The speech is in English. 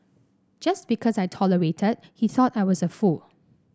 just because I tolerated he thought I was a fool